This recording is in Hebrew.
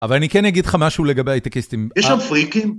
אבל אני כן אגיד לך משהו לגבי הייטקיסטים. יש שם פריקים?